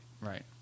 right